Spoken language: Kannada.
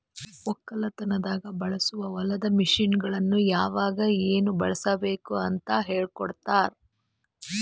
ಒಕ್ಕಲತನದಾಗ್ ಬಳಸೋ ಹೊಲದ ಮಷೀನ್ಗೊಳ್ ಯಾವಾಗ್ ಏನ್ ಬಳುಸಬೇಕ್ ಅಂತ್ ಹೇಳ್ಕೋಡ್ತಾರ್